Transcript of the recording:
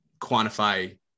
quantify